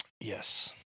Yes